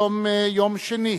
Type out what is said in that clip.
יום שני,